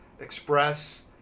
express